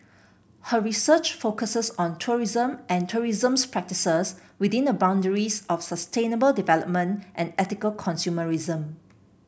her research focuses on tourism and tourism's practices within the boundaries of sustainable development and ethical consumerism